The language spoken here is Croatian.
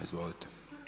Izvolite.